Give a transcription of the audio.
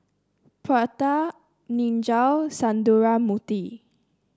Pratap Niraj Sundramoorthy